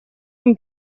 non